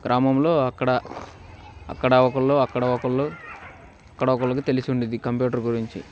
గ్రామంలో అక్కడ అక్కడ ఒకరు అక్కడ ఒకరు అక్కడ ఒకరికి తెలిసి ఉండుద్ధి కంప్యూటర్ గురించి